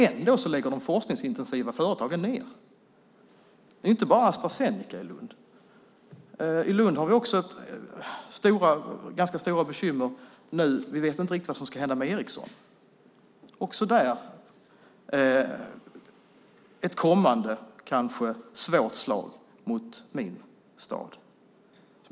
Ändå lägger de forskningsintensiva företagen ned. Det är inte bara Astra Zeneca i Lund. I Lund har vi också ganska stora bekymmer därför att vi inte riktigt vet vad som ska hända med Ericsson. Också där kanske ett kommande svårt slag mot min stad.